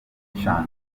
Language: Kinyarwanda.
bitaga